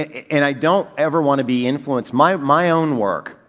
and i don't ever want to be influenced, my, my own work,